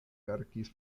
verkis